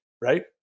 right